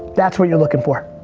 that's what you're looking for.